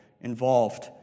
involved